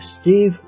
Steve